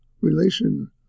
relation